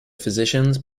physicians